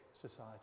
society